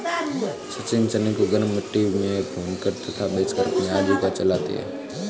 सचिन चने को गरम मिट्टी में भूनकर तथा बेचकर अपनी आजीविका चलाते हैं